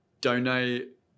donate